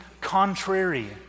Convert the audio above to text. contrary